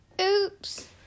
Oops